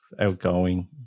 outgoing